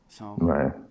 Right